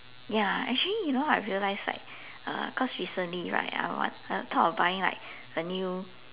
ya actually you know I realised like uh cause recently right I want I thought of buying like a new